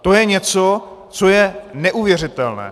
To je něco, co je neuvěřitelné!